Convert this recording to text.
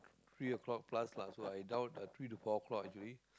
three o-clock plus lah so i doubt at three to four o-clock actually